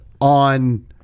on